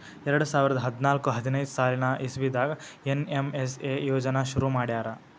ಎರಡ ಸಾವಿರದ್ ಹದ್ನಾಲ್ಕ್ ಹದಿನೈದ್ ಸಾಲಿನ್ ಇಸವಿದಾಗ್ ಏನ್.ಎಮ್.ಎಸ್.ಎ ಯೋಜನಾ ಶುರು ಮಾಡ್ಯಾರ್